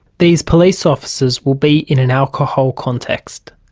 these police officers will be in an alcohol context,